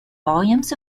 volumes